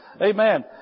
Amen